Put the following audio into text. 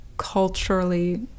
culturally